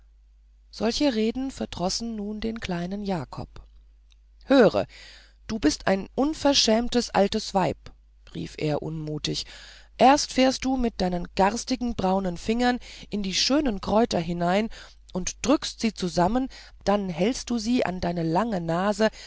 solche reden verdrossen nun den kleinen jakob höre du bist ein unverschämtes altes weib rief er unmutig erst fährst du mit deinen garstigen braunen fingern in die schönen kräuter hinein und drückst sie zusammen dann hältst du sie an deine lange nase